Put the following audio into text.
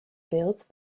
built